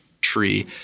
tree